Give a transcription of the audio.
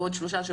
בעוד 3 שבועות,